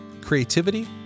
Creativity